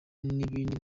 n’ibindi